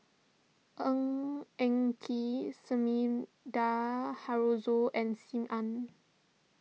Ng Eng Kee Sumida Haruzo and Sim Ann